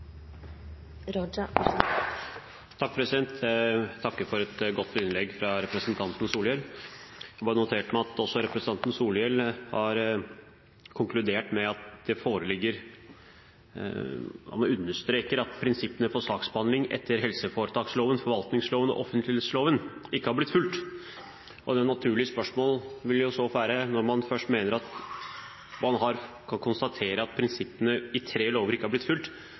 Jeg takker for et godt innlegg fra representanten Solhjell. Jeg har notert meg at også representanten Solhjell har konkludert med og understreker at prinsippene for saksbehandling etter helseforetaksloven, forvaltningsloven og offentlighetsloven ikke har blitt fulgt. Det naturlige spørsmålet vil så være, når han først konstaterer at prinsippene i tre lover ikke har blitt fulgt,